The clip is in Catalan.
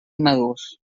madurs